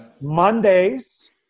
Mondays